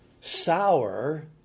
sour